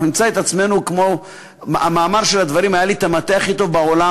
אנחנו נמצא את עצמנו כמו המאמר: היה לי את המטה הכי טוב בעולם,